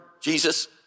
Jesus